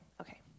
okay